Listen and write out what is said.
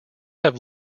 have